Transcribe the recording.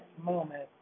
moment